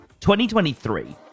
2023